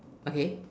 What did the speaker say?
okay